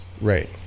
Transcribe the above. Right